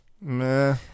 Meh